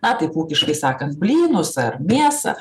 na taip ūkiškai sakant blynus ar mėsą